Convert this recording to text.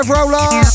Roller